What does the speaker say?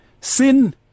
Sin